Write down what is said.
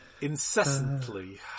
Incessantly